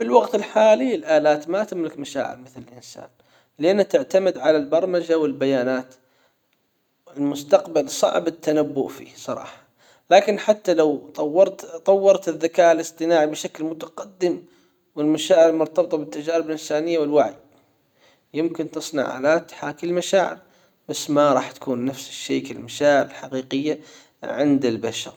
في الوقت الحالي الالات ما تملك مشاعر مثل الانسان لأنها تعتمد على البرمجة والبيانات المستقبل صعب التنبؤ فيه صراحة لكن حتى لو طورت طورت الذكاء الإصطناعي بشكل متقدم والمشاعر المرتبطة بالتجارب الإنسانية والوعي يمكن تصنع الآت تحاكي المشاعر بس ما راح تكون نفس الشي كالمشاعر الحقيقية عند البشر.